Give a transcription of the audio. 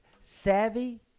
savvy